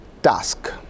task